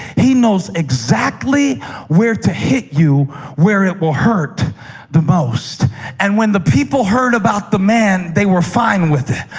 he knows exactly where to hit you where it will hurt the most and when the people heard about the man, they were fine with it.